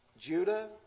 Judah